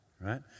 right